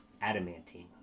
adamantine